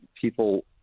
people